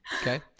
okay